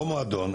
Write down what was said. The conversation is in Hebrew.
לא מועדון,